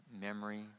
memory